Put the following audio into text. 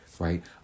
Right